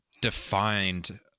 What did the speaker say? defined